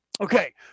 Okay